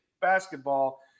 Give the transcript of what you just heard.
basketball